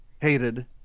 Hated